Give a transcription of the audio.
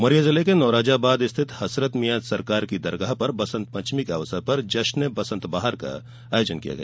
उमरिया जिले के नौरोजाबाद स्थित हजरत मिंया सरकार की दरगाह पर बसंतपंचमी के अवसर पर जश्ने ए बसंत बहार का आयोजन किया गया